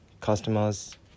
customer's